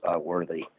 worthy